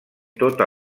tota